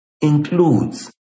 includes